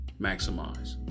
Maximize